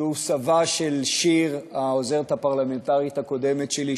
שהוא סבה של שיר, העוזרת הפרלמנטרית הקודמת שלי.